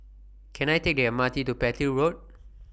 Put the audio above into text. Can I Take The M R T to Petir Road